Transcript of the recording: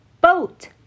Boat